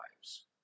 lives